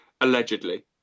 Allegedly